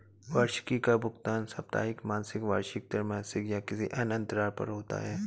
वार्षिकी का भुगतान साप्ताहिक, मासिक, वार्षिक, त्रिमासिक या किसी अन्य अंतराल पर होता है